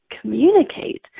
communicate